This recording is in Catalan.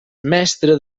mestre